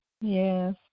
Yes